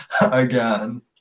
again